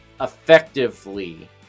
effectively